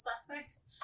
suspects